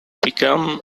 became